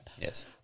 Yes